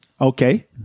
Okay